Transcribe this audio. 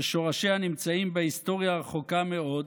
ששורשיה נמצאים בהיסטוריה הרחוקה מאוד,